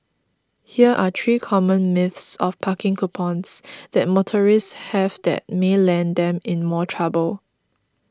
here are three common myths of parking coupons that motorists have that may land them in more trouble